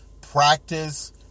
practice